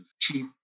cheap